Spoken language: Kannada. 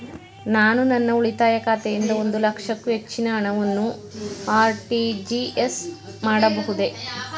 ನಾನು ನನ್ನ ಉಳಿತಾಯ ಖಾತೆಯಿಂದ ಒಂದು ಲಕ್ಷಕ್ಕೂ ಹೆಚ್ಚಿನ ಹಣವನ್ನು ಆರ್.ಟಿ.ಜಿ.ಎಸ್ ಮಾಡಬಹುದೇ?